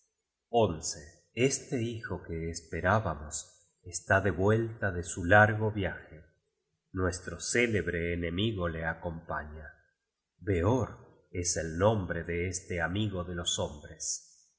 este hijo que esperábamos está de vuel ta de su largo viaje nuestro célebre enemigo le acompaña veor es el nombre de este amigo de los hombres